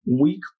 weak